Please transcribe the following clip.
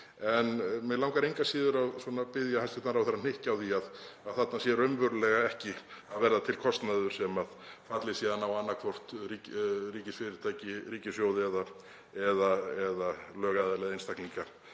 En mig langar engu að síður að biðja hæstv. ráðherra um að hnykkja á því að þarna sé raunverulega ekki að verða til kostnaður sem falli síðan á annaðhvort ríkisfyrirtæki, ríkissjóð eða lögaðila eða einstaklinga,